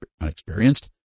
unexperienced